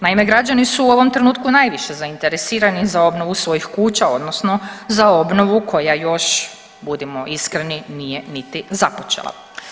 Naime, građani su u ovom trenutku najviše zainteresirani za obnovu svojih kuća, odnosno za obnovu koja još, budimo iskreni, nije niti započela.